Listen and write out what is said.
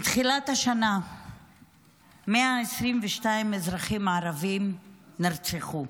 מתחילת השנה 122 אזרחים ערבים נרצחו,